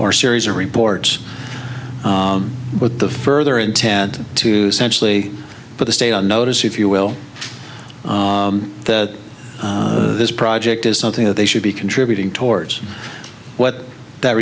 or series of reports with the further intent to centrally but the state on notice if you will that this project is something that they should be contributing towards what that